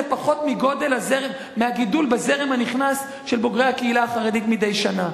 זה פחות מהגידול בזרם הנכנס של בוגרי הקהילה החרדית מדי שנה.